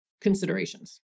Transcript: considerations